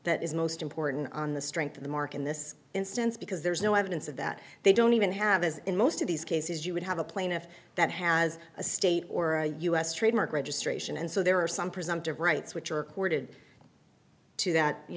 that is most important on the strength of the mark in this instance because there's no evidence of that they don't even have as in most of these cases you would have a plaintiff that has a state or a us trademark registration and so there are some presumptive rights which are accorded to that you